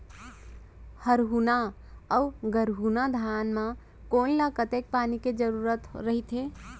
हरहुना अऊ गरहुना धान म कोन ला कतेक पानी के जरूरत रहिथे?